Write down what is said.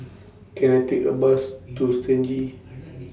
Can I Take A Bus to Stangee